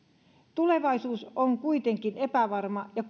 tulevaisuus on kuitenkin epävarma ja